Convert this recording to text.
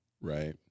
right